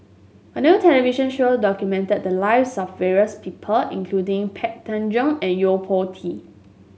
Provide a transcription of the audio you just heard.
a new television show documented the lives of various people including Pang Teck Joon and Yo Po Tee